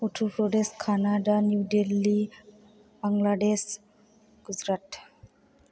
Uttar Pradesh Canada New Delhi Bangladesh Gujarat